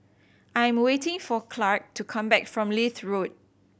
I am waiting for Clarke to come back from Leith Road